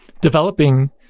developing